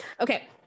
Okay